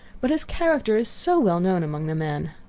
but his character is so well known among the men.